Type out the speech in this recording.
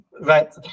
Right